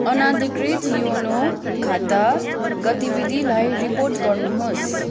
अनाधिकृत् YONO खाता गतिविधिलाई report गर्नुहोस्